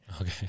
Okay